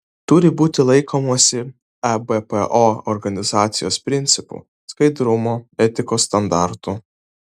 turi būti laikomasi ebpo organizacijos principų skaidrumo etikos standartų